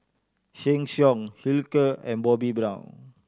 Sheng Siong Hilker and Bobbi Brown